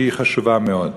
היא חשובה מאוד.